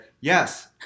yes